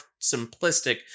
simplistic